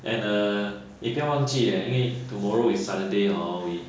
and err eh 不要忘记 ler tomorrow is saturday hor we